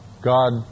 God